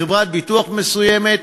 בחברת ביטוח מסוימת,